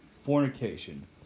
fornication